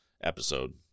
episode